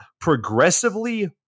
progressively